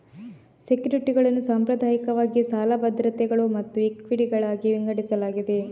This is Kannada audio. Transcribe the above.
ಸೆಕ್ಯುರಿಟಿಗಳನ್ನು ಸಾಂಪ್ರದಾಯಿಕವಾಗಿ ಸಾಲ ಭದ್ರತೆಗಳು ಮತ್ತು ಇಕ್ವಿಟಿಗಳಾಗಿ ವಿಂಗಡಿಸಲಾಗಿದೆ